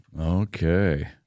okay